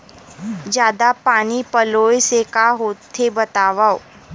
जादा पानी पलोय से का होथे बतावव?